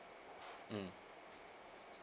mm